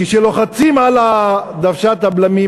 כשלוחצים על דוושת הבלמים,